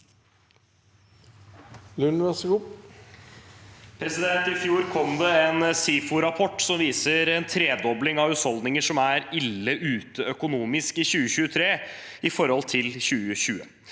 I fjor kom det en SIFO-rapport som viser en tredobling av husholdninger som er ille ute økonomisk i 2023 i forhold til i 2020.